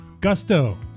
Gusto